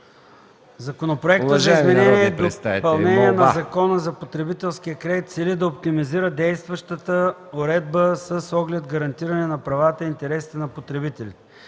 Законопроектът за изменение и допълнение на Закона за потребителския кредит цели да оптимизира действащата уредба с оглед гарантиране на правата и интересите на потребителите.